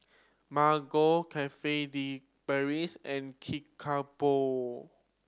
Margo Cafe De Paris and Kickapoo